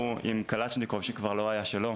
הוא עם קלצ'ניקוב שכבר לא היה שלו,